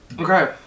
Okay